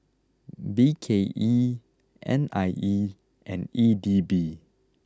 B K E N I E and E D B